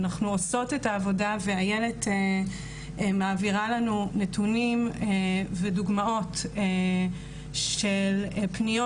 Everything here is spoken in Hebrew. אנחנו עושות את העבודה ואיילת מעבירה לנו נתונים ודוגמאות של פניות